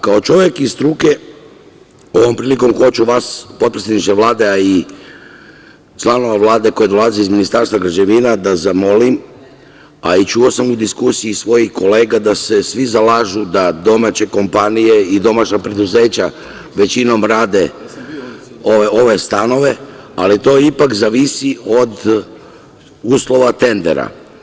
Kao čovek iz struke, ovom prilikom hoću vas potpredsedniče Vlade a i članovi Vlade koji dolaze iz Ministarstva građevine da zamolim, a i čuo sam u diskusiji svojih kolega da se svi zalažu da domaće kompanije i domaća preduzeća, većinom rade ove stanove, ali to ipak zavisi od uslova tendera.